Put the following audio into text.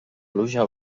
pluja